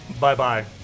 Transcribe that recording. Bye-bye